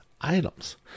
items